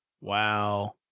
Wow